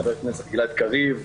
חבר הכנסת גלעד קריב,